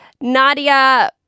Nadia